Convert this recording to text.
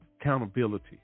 Accountability